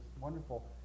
wonderful